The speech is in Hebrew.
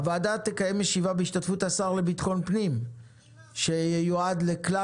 הוועדה תתקיים ישיבה בהשתתפות השר לביטחון פנים שיועד לכלל